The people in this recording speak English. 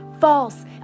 false